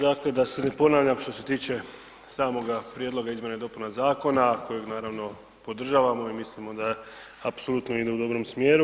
Dakle, da se ne ponavljam što se tiče samoga prijedloga izmjena i dopuna zakona kojeg, naravno, podržavamo i mislimo da apsolutno ide u dobro smjeru.